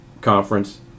conference